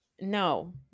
No